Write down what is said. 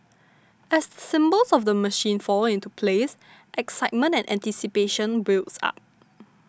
as the symbols of the machine fall into place excitement and anticipation builds up